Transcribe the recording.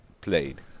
played